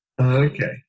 Okay